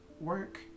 work